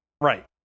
right